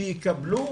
שיקבלו